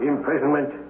Imprisonment